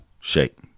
shape